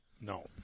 No